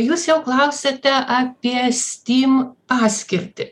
jūs jau klausiate apie stim paskirtį